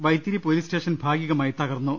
Vythiri police station ഭാഗികമായി തകർന്നു